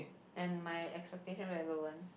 and my expectation very low one